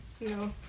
No